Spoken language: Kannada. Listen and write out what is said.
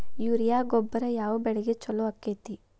ಯೂರಿಯಾ ಗೊಬ್ಬರ ಯಾವ ಬೆಳಿಗೆ ಛಲೋ ಆಕ್ಕೆತಿ?